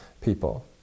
people